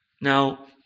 Now